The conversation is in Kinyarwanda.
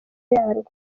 yarwo